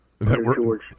George